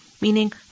meaning